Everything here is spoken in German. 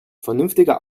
vernünftiger